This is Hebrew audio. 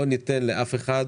לא ניתן לאף אחד